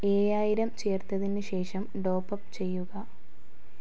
ഏഴായിരം ചേർത്തതിന് ശേഷം ടോപ്പ് അപ്പ് ചെയ്യുക